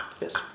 Yes